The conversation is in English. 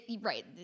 right